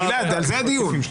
גלעד, על זה הדיון.